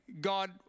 God